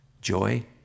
joy